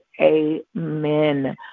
amen